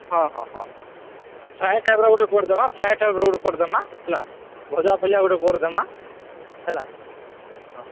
ହଁ ହଁ ହଁ ଫ୍ରାଏ ଟାଇପ୍ର ଗୋଟେ କରିଦେମା ଫ୍ରାଏ ଟାଇପ୍ର ଗୋଟେ କରିଦମା ହେଲା ଭଜା ଭଲିଆ ଗୋଟେ କରିଦମା ହେଲା ହଁ